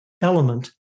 element